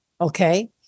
Okay